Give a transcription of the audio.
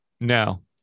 No